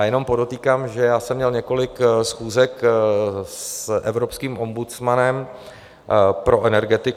Jenom podotýkám, že jsem měl několik schůzek s evropským ombudsmanem pro energetiku.